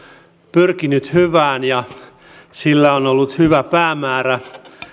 pyrkinyt hyvään ja sillä on ollut hyvä päämäärä